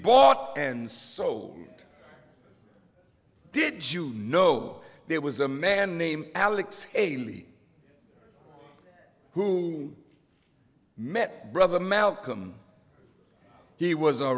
bought and sold did you know there was a man named alex haley whom i met brother malcolm he was a